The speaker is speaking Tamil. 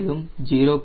மேலும் 0